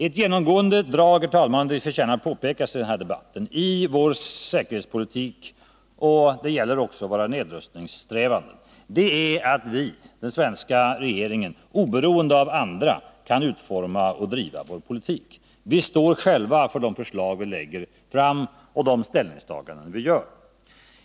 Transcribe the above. Ett genomgående drag, det förtjänar att påpekas i denna debatt, i vår säkerhetspolitik och i våra nedrustningssträvanden är att vi, den svenska regeringen, oberoende av andra kan utforma och driva vår politik. Vi står själva för de förslag som vi lägger fram och de ställningstaganden som vi gör.